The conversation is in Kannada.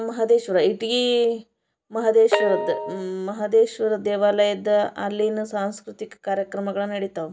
ಮಹದೇಶ್ವರ ಇಟಗಿ ಮಹದೇಶ್ವರದ್ದು ಮಹದೇಶ್ವರ ದೇವಾಲಯದ್ದು ಅಲ್ಲಿನ ಸಾಂಸ್ಕೃತಿಕ ಕಾರ್ಯಕ್ರಮಗಳು ನಡಿತವೆ